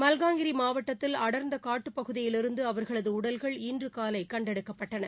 மல்காங்கிரி மாவட்டத்தில் அடர்ந்த காட்டுப் பகுதியில் இருந்து அவர்களது உடல்கள் இன்று காலை கண்டெடுக்கப்பட்டன